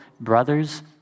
brothers